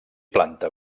planta